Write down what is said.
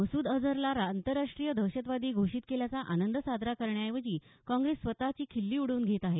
मसूद अझरला आंतरराष्ट्रीय दहशतवादी घोषित केल्याचा आनंद साजरा करण्याऐवजी काँग्रेस स्वतःची खिल्ली उडवून घेत आहे